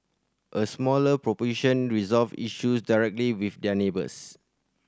a smaller proportion resolved issue directly with their neighbours